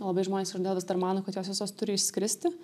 labai žmonės vis dar mano kad jos visos turi išskristi